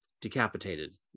decapitated